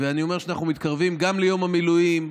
אני אומר שאנחנו מתקרבים גם ליום המילואים,